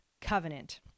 covenant